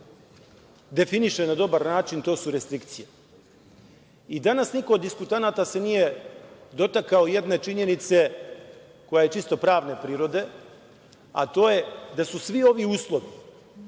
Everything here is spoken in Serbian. definiše na dobar način, to su restrikcije. Danas se niko od diskutanata nije dotakao jedne činjenice koja je čisto pravne prirode, a to je da su svi ovi uslovi,